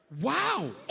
Wow